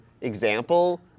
example